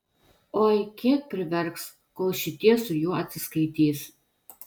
oi kiek priverks kol šitie su juo atsiskaitys